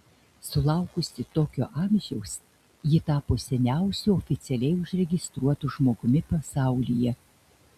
sulaukusi tokio amžiaus ji tapo seniausiu oficialiai užregistruotu žmogumi pasaulyje